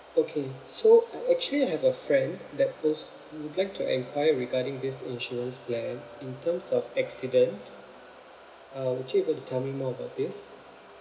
okay so uh actually I have a friend that those who would like to enquire regarding this insurance plan in terms of accident uh would you able to tell me more about this